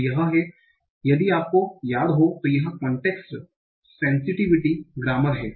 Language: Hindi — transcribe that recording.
तो यह है यदि आपको याद हो तो यह कॉन्टेस्ट सेनसिटिव ग्रामर हैं